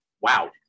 Wow